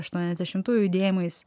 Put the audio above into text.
aštuoniasdešimtųjų judėjimais